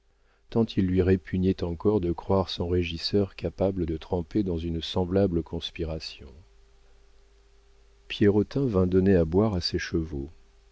tant il lui répugnait encore de croire son régisseur capable de tremper dans une semblable conspiration pierrotin vint donner à boire à ses chevaux